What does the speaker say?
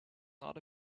not